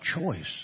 choice